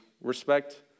Respect